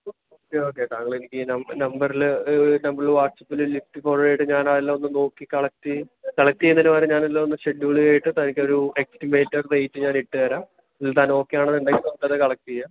okay ഒക്കെ താങ്കൾ എനിക്ക് ഈ നമ്പറിൽ നമ്പറിൽ വാട്സപ്പില് ലിസ്റ്റ് ഫോർവേർഡ് ഞാൻ അതെല്ലാം ഒന്ന് നോക്കി കളക്ട് കളക്ട് ചെയ്യുന്നതിന് പകരം ഞാൻ എല്ലാം ഒന്ന് ഷെഡ്യൂള് ചെയ്തിട്ട് തനിക്കൊരു എസ്റ്റിമേറ്റഡ് റേറ്റ് ഞാൻ ഇട്ടുതരാം എന്നിട്ട് താൻ ഓക്കെ ആണെന്നുണ്ടെങ്കിൽ നമുക്കത് കളക്ട് ചെയ്യാം